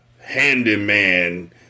handyman